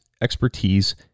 expertise